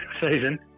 season